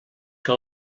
que